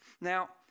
Now